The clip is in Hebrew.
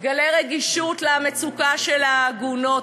גלה רגישות למצוקה של העגונות.